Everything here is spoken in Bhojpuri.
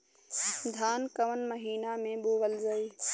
धान कवन महिना में बोवल जाई?